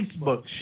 Facebook